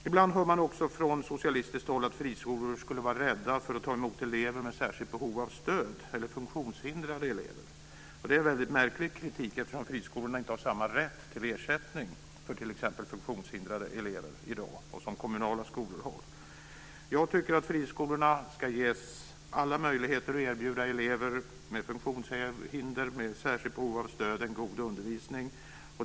Ibland hör man också från socialistiskt håll att friskolor skulle vara rädda för att ta emot elever med särskilt behov av stöd eller funktionshindrade elever. Det är en väldigt märklig kritik, eftersom friskolorna i dag inte har samma rätt till ersättning för t.ex. funktionshindrade elever som kommunala skolor har. Jag tycker att friskolorna ska ges alla möjligheter att erbjuda elever med funktionshinder och med särskilt behov av stöd en god undervisning.